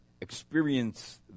experience